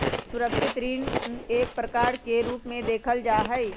सुरक्षित ऋण के ऋण के एक प्रकार के रूप में देखल जा हई